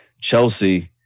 chelsea